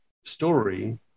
story